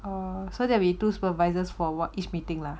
err so that we two supervisors for [what] each meeting lah